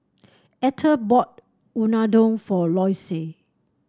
Etter bought Unadon for Loyce